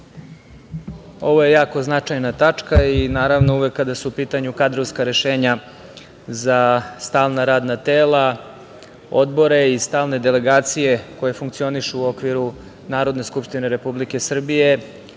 ovo je jako značajna tačka i uvek kada su u pitanju kadrovska rešenja za stalna radna tela, odbore i stalne delegacije koje funkcionišu u okviru Narodne skupštine Republike Srbije,